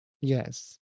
yes